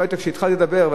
לא היית כשהתחלתי לדבר,